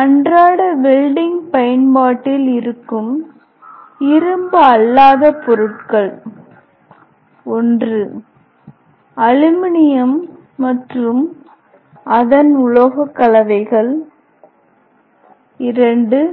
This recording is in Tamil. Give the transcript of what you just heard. அன்றாட வெல்டிங் பயன்பாட்டில் இருக்கும் இரும்பு அல்லாத பொருட்கள் i அலுமினியம் மற்றும் அதன் உலோகக்கலவைகள் ii